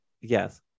Yes